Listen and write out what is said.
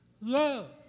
love